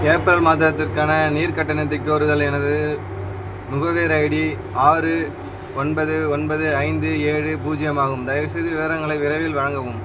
April மாதத்திற்கான நீர் கட்டணத்தை கோருதல் எனது நுகர்வோர் ஐடி ஆறு ஒன்பது ஒன்பது ஐந்து ஏழு பூஜ்ஜியம் ஆகும் தயவுசெய்து விவரங்களை விரைவில் வழங்கவும்